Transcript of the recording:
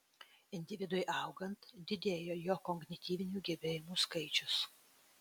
individui augant didėja jo kognityvinių gebėjimų skaičius